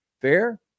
fair